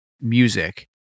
music